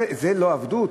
זה לא עבדות?